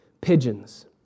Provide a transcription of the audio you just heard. pigeons